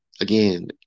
Again